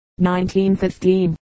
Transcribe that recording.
1915